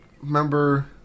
Remember